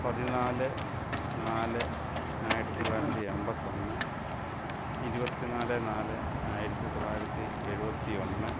പതിനാല് നാല് ആയിരത്തിത്തൊള്ളായിരത്തി എൺപത്തൊന്ന് ഇരുപത്തിനാല് നാല് ആയിരത്തിത്തൊള്ളായിരത്തി എഴുപത്തി ഒന്ന്